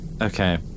Okay